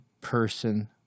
person